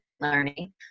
learning